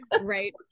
Right